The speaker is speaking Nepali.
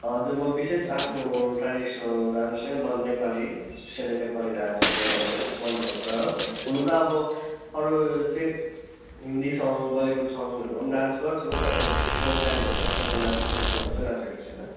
हजुर म विशेष आफ्नो ट्रेडिसनल डान्स नै म नेपाली विशेष गरी नेपाली डान्सहरू चाहिँ मलाई विशेष मनपर्छ हो हुन त अब अरूहरू चाहिँ हिन्दी सङ बलिउड सङहरूमा पनि डान्स गर्छु तर विशेष प्रोग्रामहरूमा चाहिँ म नाचेको त्यस्तोमा चाहिँ म नाचेको छैन